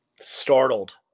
startled